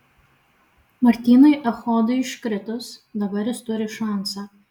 martynui echodui iškritus dabar jis turi šansą